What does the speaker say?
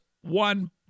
one